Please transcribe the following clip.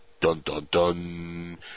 Dun-dun-dun